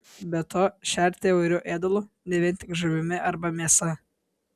be to šerti įvairiu ėdalu ne vien tik žuvimi arba mėsa